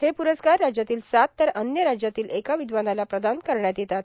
हे पुरस्कार राज्यातील सात तर अन्य राज्यातील एका र्ववदवानाला प्रदान करण्यात येतात